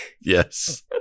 Yes